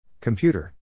Computer